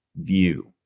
view